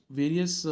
various